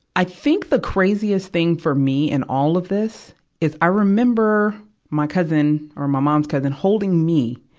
i think the craziest thing for me in all of this is, i remember my cousin, or my mom's cousin, holding me,